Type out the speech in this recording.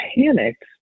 panicked